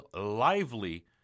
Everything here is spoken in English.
lively